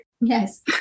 Yes